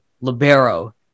libero